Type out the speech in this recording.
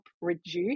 reduce